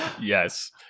Yes